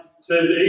says